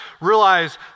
realize